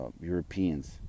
Europeans